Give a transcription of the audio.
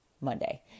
Monday